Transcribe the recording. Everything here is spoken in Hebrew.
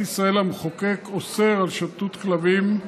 במדינת ישראל המחוקק אוסר שוטטות כלבים,